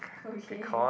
okay